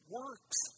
works